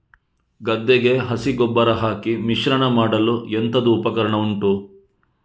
ಗದ್ದೆಗೆ ಹಸಿ ಗೊಬ್ಬರ ಹಾಕಿ ಮಿಶ್ರಣ ಮಾಡಲು ಎಂತದು ಉಪಕರಣ ಉಂಟು?